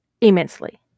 immensely